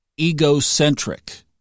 egocentric